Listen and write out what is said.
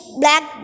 black